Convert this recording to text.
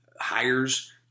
hires